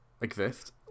exist